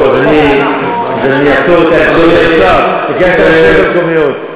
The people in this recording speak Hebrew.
לרשויות המקומיות.